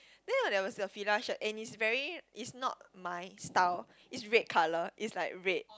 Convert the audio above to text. then when I was a Fila shirt and is very is not my style is red colour is like red